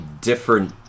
different